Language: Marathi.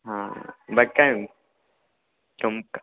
हां बाकी काय नाही संप्